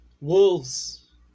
wolves